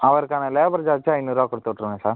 அவருக்கான labour charge ஐந்நூறுபா கொடுத்து விட்ருங்க சார்